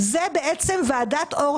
התוכנית הזאת היא בעצם ועדת אור